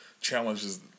challenges